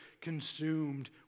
consumed